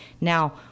now